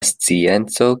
scienco